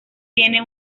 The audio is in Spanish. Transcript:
tiene